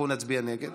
אנחנו נצביע נגד.